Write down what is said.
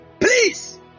please